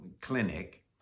clinic